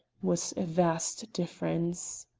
was a vast difference.